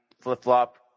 flip-flop